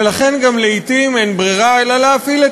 ולכן גם לעתים אין ברירה אלא להפעיל את